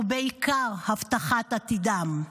ובעיקר הבטחת עתידם.